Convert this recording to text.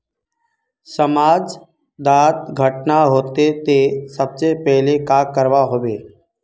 समाज डात घटना होते ते सबसे पहले का करवा होबे?